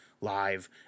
live